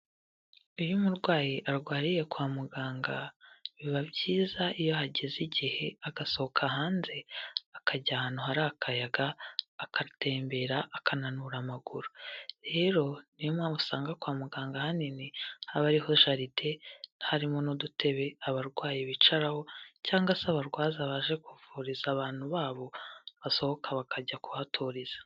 Iyo umurwayi arwariye kwa muganga biba byiza iyo hageze igihe agasohoka hanze akajya ahantu hari akayaga, agatembera; akananura amaguru, rero niyo mpamvu usanga kwa muganga ahanini haba hariyo jaride, harimo n'udutebe abarwayi bicaraho cyangwa se abarwaza baje kuvuriza abantu babo basohoka bakajya kuhaturiza.